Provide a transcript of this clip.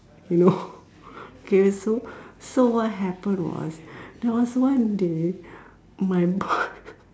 you know K so so what happen was there was one day my boy